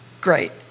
great